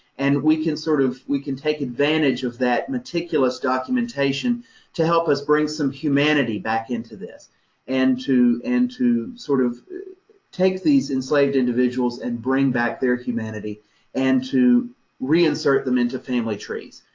and we can sort, of we can take advantage of that meticulous documentation to help us bring some humanity back into this and to, and to sort of take these enslaved individuals and bring back their humanity and to reinsert them into family trees,